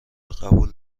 قبول